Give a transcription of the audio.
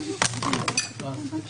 הישיבה ננעלה בשעה 11:00.